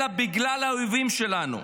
אלא בגלל האויבים שלנו.